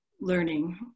learning